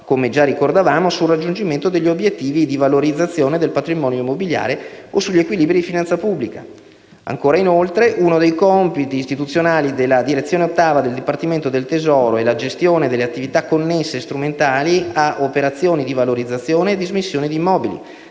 come ricordato, sul raggiungimento degli obiettivi di valorizzazione del patrimonio immobiliare o sugli equilibri di finanza pubblica. E ancora, uno dei compiti istituzionali della direzione VIII del dipartimento del tesoro è la gestione delle attività connesse e strumentali a operazioni di valorizzazione e dismissione di beni immobili,